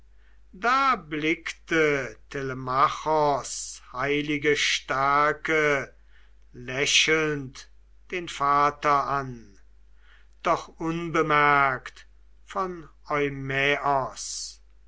da blickte telemachos heilige stärke lächelnd den vater an doch unbemerkt von